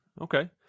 Okay